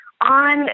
on